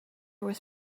was